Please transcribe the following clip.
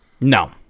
No